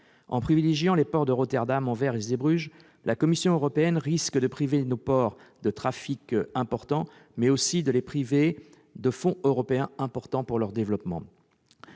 En privilégiant les ports de Rotterdam, d'Anvers et de Zeebrugge, la Commission européenne risque de priver nos ports de trafics importants, mais aussi de fonds européens essentiels à leur développement.